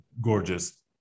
gorgeous